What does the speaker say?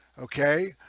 okay?